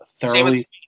thoroughly